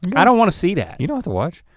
i don't wanna see that. you don't have to watch.